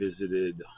visited